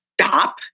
Stop